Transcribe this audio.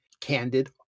candid